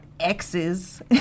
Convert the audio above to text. exes